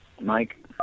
Mike